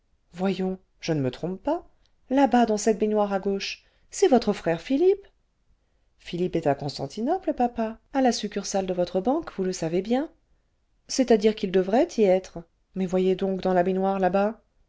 voyons je ne me trompe pas là-bas dans cette baignoire à gauche c'est votre frère phihppe philippe est à constantinople papa à la succursale de votre banque vous le savez bien c'est-à-dire qu'il devrait y être mais voyez donc dans la baignoire là-bas